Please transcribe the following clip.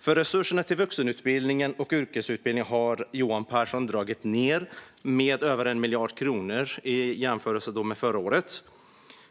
Johan Pehrson har dragit ned på resurserna till vuxenutbildning och yrkesutbildning med över 1 miljard kronor i år jämfört med förra året.